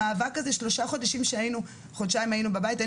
המאבק הזה שלושה חודשים שהיינו חודשיים בבית מתוכם,